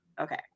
Okay